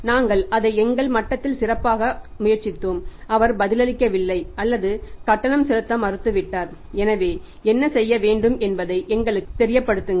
நாங்கள் அதை எங்கள் மட்டத்தில் சிறப்பாக முயற்சித்தோம் அவர் பதிலளிக்கவில்லை அல்லது கட்டணம் செலுத்த மறுத்துவிட்டார் எனவே என்ன செய்ய வேண்டும் என்பதை எங்களுக்குத் தெரியப்படுத்துங்கள்